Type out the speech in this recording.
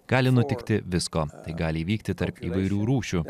gali nutikti visko tai gali įvykti tarp įvairių rūšių